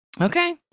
Okay